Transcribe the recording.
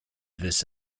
this